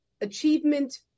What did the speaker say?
achievement